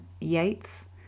yates